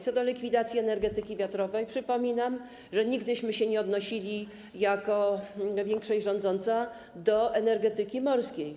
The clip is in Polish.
Co do likwidacji energetyki wiatrowej przypominam, że nigdy nie odnosiliśmy się jako większość rządząca do energetyki morskiej.